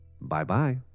Bye-bye